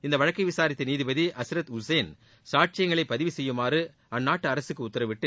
இந்த வழக்கை விசாரித்த நீதிபதி அஷ்ரத் ஹூசைன் சாட்சியங்களை பதிவு செய்யுமாறு அந்நாட்டு அரகக்கு உத்தரவிட்டு